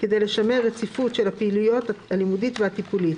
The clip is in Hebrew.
כדי לשמר רציפות של הפעילויות הלימודית והטיפולית,